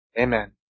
Amen